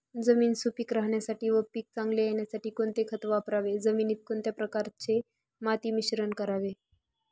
जमीन सुपिक राहण्यासाठी व पीक चांगले येण्यासाठी कोणते खत वापरावे? जमिनीत कोणत्या प्रकारचे माती मिश्रण करावे?